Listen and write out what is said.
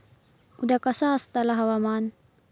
उद्या कसा आसतला हवामान?